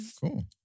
cool